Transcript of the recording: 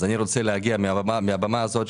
אז אני רוצה להגיע מהבמה הזאת,